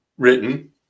written